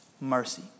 mercy